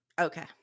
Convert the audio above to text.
Okay